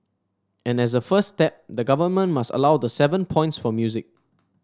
and as a first step the government must allowed the seven points for music